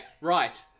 right